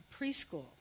preschool